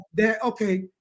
okay